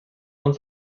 und